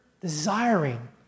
desiring